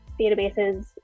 databases